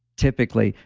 typically,